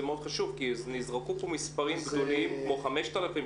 זה מאוד חשוב כי נזרקו פה מספרים גבוהים כמו 5,000,